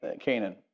Canaan